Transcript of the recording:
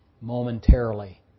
momentarily